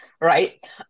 Right